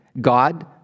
God